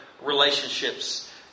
Relationships